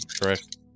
correct